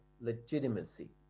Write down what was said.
legitimacy